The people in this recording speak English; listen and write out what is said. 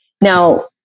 now